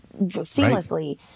seamlessly